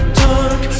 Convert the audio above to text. dark